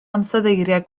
ansoddeiriau